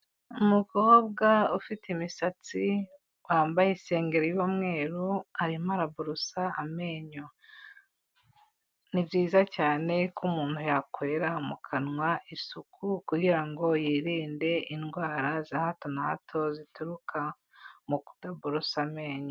Umukobwa ufite imisatsi, wambaye isengeri y'umweru arimo araborosa amenyo. Ni byiza cyane ko umuntu yakorera mu kanwa isuku kugira ngo yirinde indwara za hato na hato zituruka mu kutaborosa amenyo.